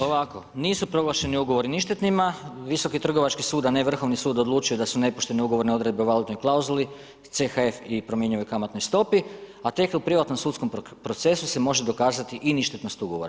Ovako, nisu proglašeni ugovori ništetnima, Visoki trgovački sud a ne Vrhovni sud odlučio je da su nepoštene ugovorne odredbe u valutnoj klauzuli CHF i u promjenjivoj kamatnoj stopi a tek u privatnom sudskom procesu se može dokazati i ništetnost ugovora.